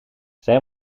zij